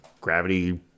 gravity